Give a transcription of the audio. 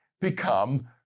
become